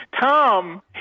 Tom